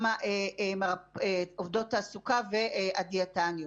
עובדות תעסוקה והדיאטניות.